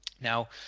Now